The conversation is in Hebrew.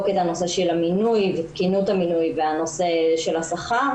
את הנושא של המינוי ותקינות המינוי והנושא של השכר.